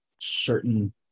certain